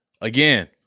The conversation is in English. Again